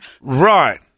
Right